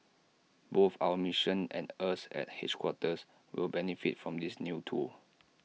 both our missions and us at headquarters will benefit from this new tool